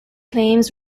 claims